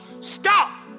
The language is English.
Stop